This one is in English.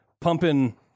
pumping